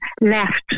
left